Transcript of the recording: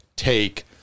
Take